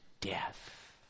death